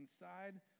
inside